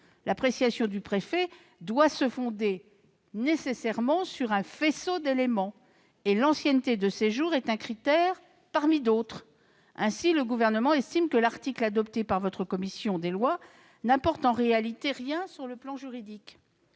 L'appréciation du préfet doit se fonder nécessairement sur un faisceau d'éléments, l'ancienneté de séjour étant un critère parmi d'autres. Ainsi, le Gouvernement estime que l'article adopté par la commission des lois du Sénat n'apporte en réalité rien sur le plan juridique.